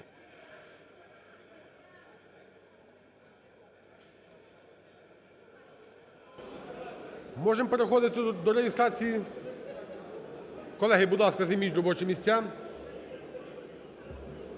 Можемо переходити до реєстрації? Колеги, будь ласка, займіть робочі місця,